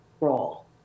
role